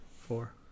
Four